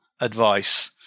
advice